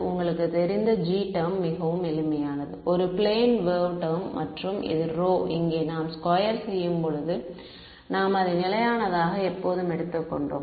உங்களுக்குத் தெரிந்த g term மிகவும் எளிமையானது ஒரு பிளேன் வேவ் டெர்ம் மற்றும் இந்த ரோ இங்கே நாம் ஸ்கொயர் செய்யும் போது நாம் அதை நிலையானதாக எப்போதும் எடுத்துக் கொண்டோம்